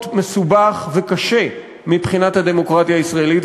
מסובך וקשה מבחינת הדמוקרטיה הישראלית,